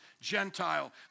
Gentile